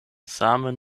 same